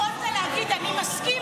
בחוקים האלה, שאני חושב שלא,